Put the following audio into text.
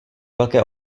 velké